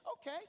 Okay